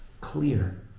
clear